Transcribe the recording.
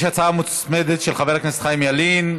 ישנה הצעה מוצמדת של חיים ילין.